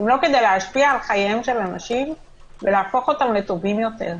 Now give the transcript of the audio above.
אם לא כדי להשפיע על חייהם של אנשים ולהפוך אותם לטובים יותר?